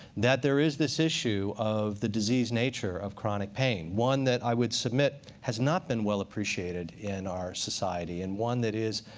that there is this issue of the disease nature of chronic pain, one that i would submit has not been well-appreciated in our society, and one that is,